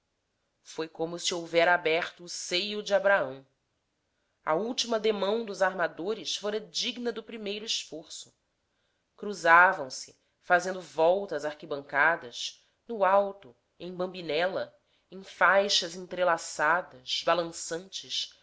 foi como se se houvera aberto o seio de abraão a última demão dos armadores fora digna do primeiro esforço cruzavam-se fazendo volta às arquibancadas no alto em bambinela em faixas entrelaçadas balançantes